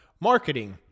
Marketing